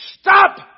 stop